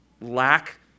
lack